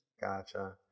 Gotcha